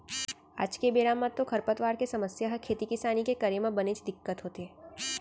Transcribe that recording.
आज के बेरा म तो खरपतवार के समस्या ह खेती किसानी के करे म बनेच दिक्कत होथे